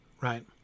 Right